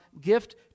gift